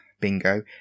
bingo